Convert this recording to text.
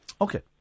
Okay